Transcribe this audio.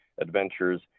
adventures